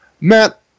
Matt